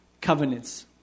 covenants